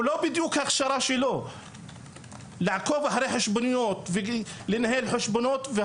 זאת לא ההכשרה שלו לעקוב אחרי חשבוניות ולנהל חשבונות.